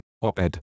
op-ed